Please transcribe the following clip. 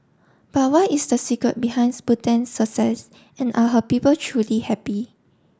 but what is the secret behinds Bhutan's success and are her people truly happy